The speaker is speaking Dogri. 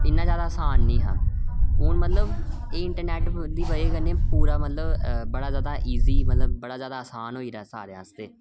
इन्ना जैदा असान निं हा हून मतलब एह् इंटरनेट दी वजह् कन्नै पूरा मतलब बड़ा जैदा इजी मतलब बड़ा जैदा असान होई गेदा सारें आस्तै